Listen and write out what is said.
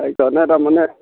তাৰমানে